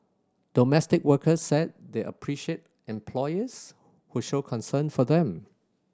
domestic workers said they appreciate employers who show concern for them